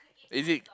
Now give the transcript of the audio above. is it